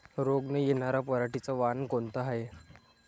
रोग न येनार पराटीचं वान कोनतं हाये?